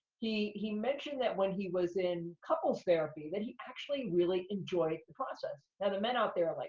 he he mentioned that when he was in couples therapy, that he actually really enjoyed the process. now, the men out there are like,